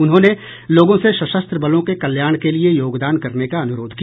उन्होंने लोगों से सशस्त्र बलों के कल्याण के लिए योगदान करने का अनुरोध किया